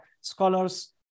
scholars